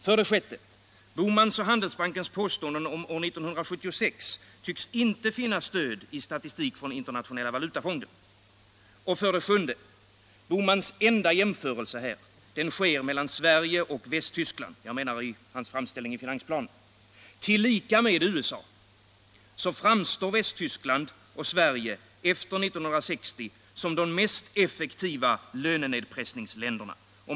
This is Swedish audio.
För det sjätte: Gösta Bohmans och Handelsbankens påståenden om år 1976 tycks inte finna stöd i statistik från Internationella valutafonden. För det sjunde: Gösta Bohmans enda jämförelse här sker mellan Sverige och Västtyskland — jag avser hans framställning i finansplanen. Tillika med USA framstår Västtyskland och Sverige efter 1960 som de mest effektiva lönenedpressningsländerna.